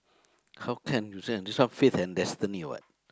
how can you say this one fate and destiny what